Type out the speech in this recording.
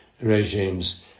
regimes